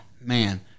man